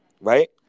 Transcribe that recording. Right